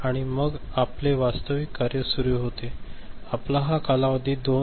आणि मग आपले वास्तविक कार्य सुरु होते आपला हा कालावधी हा २